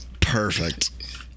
Perfect